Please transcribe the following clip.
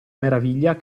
meraviglia